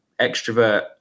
extrovert